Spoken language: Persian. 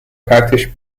پرتش